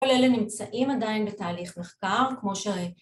‫כל אלה נמצאים עדיין בתהליך מחקר, ‫כמו שראיתם.